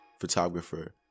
photographer